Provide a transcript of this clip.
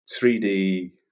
3D